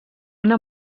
una